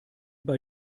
bei